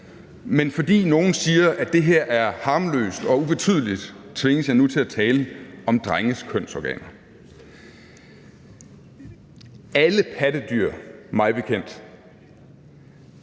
men fordi nogle siger, at det her er harmløst og ubetydeligt, tvinges jeg nu til at tale om drenges kønsorganer. Alle hankønspattedyr fødes mig bekendt